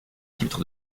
titre